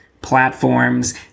platforms